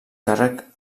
càrrec